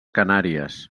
canàries